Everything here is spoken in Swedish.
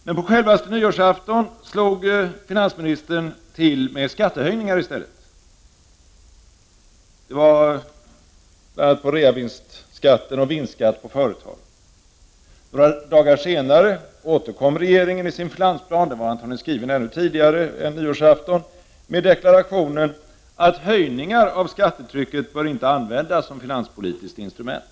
Men på självaste nyårsafton slog finansministern i stället till med skattehöjningar. Det var bl.a. fråga om höjningar av reavinstskatter och vinstskatt på företag. Några dagar senare återkom regeringen i sin finansplan — som antagligen var skriven ännu tidigare än nyårsafton — med en deklaration om att en höjning av skattetrycket inte bör användas som ett finanspolitiskt instrument.